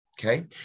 Okay